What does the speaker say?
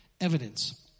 evidence